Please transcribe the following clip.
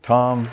Tom